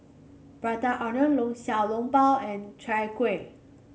Prata Onion Long Xiao Long Bao and Chai Kueh